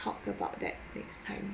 talk about that next time